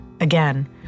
Again